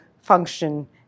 function